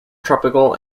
tropical